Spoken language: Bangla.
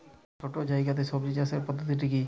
ছোট্ট জায়গাতে সবজি চাষের পদ্ধতিটি কী?